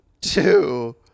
two